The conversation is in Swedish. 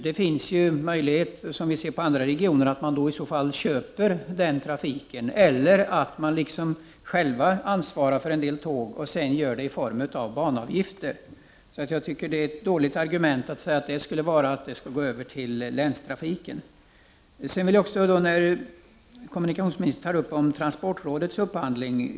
Det finns möjlighet, som i andra regioner, att köpa trafiken eller att ansvara för en del tåg och ta ut banavgifter. Argumentet för att banan skall gå över till länstrafiken är dåligt. Kommunikationsministern tar upp transportrådets upphandling.